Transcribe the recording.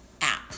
app